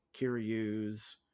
Kiryu's